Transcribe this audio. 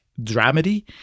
dramedy